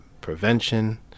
prevention